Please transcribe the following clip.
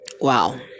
Wow